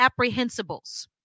apprehensibles